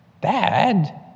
Bad